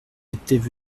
étaient